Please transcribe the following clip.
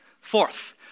Fourth